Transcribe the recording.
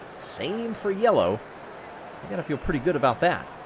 same for yellow got to feel pretty good about that.